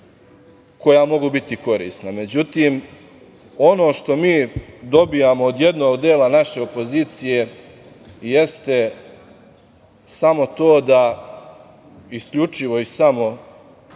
koja mogu biti korisna.Međutim, ono što mi dobijamo od jednog dela naše opozicije jeste samo to da isključivo i samo